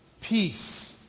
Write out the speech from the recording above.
Peace